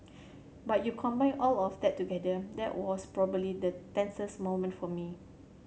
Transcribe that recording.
but you combine all of that together that was probably the tensest moment for me